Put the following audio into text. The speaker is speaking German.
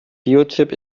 biochip